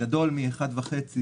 גדול מאחד וחצי